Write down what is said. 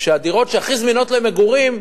שהדירות שהכי זמינות למגורים,